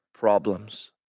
Problems